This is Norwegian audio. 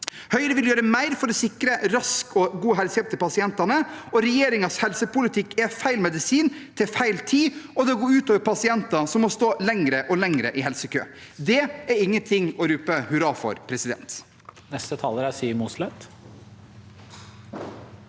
Høyre vil gjøre mer for å sikre rask og god helsehjelp til pasientene. Regjeringens helsepolitikk er feil medisin til feil tid, og det går ut over pasientene, som må stå stadig lenger i helsekø. Det er ingenting å rope hurra for. Siv